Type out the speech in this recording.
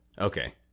Okay